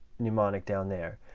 mnemonic down there.